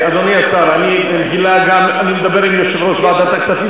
אדוני יושב-ראש ועדת הכספים,